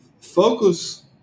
focus